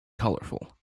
colourful